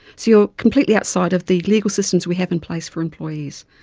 so you are completely outside of the legal systems we have in place for employees.